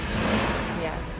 Yes